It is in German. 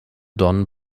don